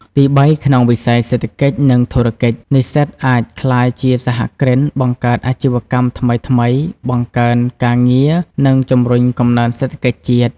ទីបី ក្នុងវិស័យសេដ្ឋកិច្ច និងធុរកិច្ច និស្សិតអាចក្លាយជាសហគ្រិន បង្កើតអាជីវកម្មថ្មីៗ បង្កើនការងារ និងជំរុញកំណើនសេដ្ឋកិច្ចជាតិ។